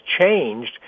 changed